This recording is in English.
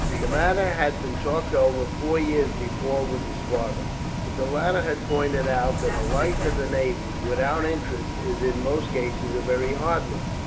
the matter had been talked over four years before, with his father but the latter had pointed out that a life in the navy, without interest, is in most cases a very hard one.